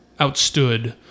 outstood